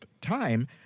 time